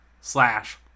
slash